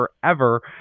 forever